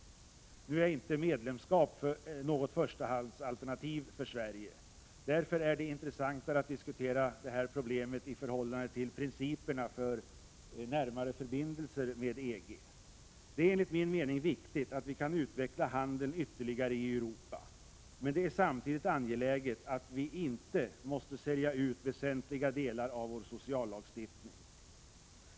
Nu är inte medlemskap något förstahandsalternativ för Sverige. Därför är det intressantare att diskutera det här problemet i förhållande till principerna för närmare förbindelser med EG. Det är enligt min mening viktigt att vi kan utveckla handeln ytterligare i Europa, men det är samtidigt angeläget att vi därvid inte samtidigt måste sälja ut väsentliga delar av vår sociallagstiftning.